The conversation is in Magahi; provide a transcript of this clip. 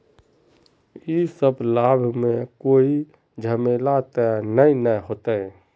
इ सब लाभ में कोई झमेला ते नय ने होते?